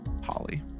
holly